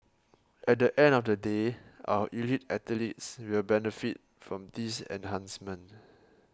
at the end of the day our elite athletes will benefit from this enhancement